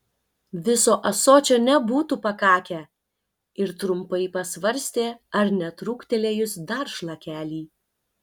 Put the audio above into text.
viso ąsočio nebūtų pakakę ir trumpai pasvarstė ar netrūktelėjus dar šlakelį